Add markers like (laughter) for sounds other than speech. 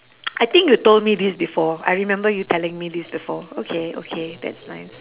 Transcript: (noise) I think you told me this before I remember you telling me this before okay okay that's nice